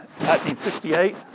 1968